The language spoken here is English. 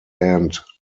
end